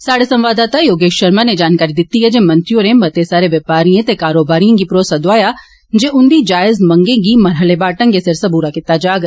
साड़े संवाददाता योगेष षर्मा नै जानकारी दिती ऐ र्ज मंत्री होरें मते सारे व्योपारियें ते कारोबारियें गी भरोसा दोआया जे उंदी जायज़ मंगें गी मरहलेवार ढंगै सिर सबूरा कीता जाग